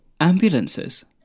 ambulances